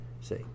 See